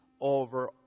over